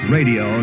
Radio